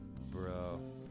Bro